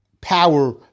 power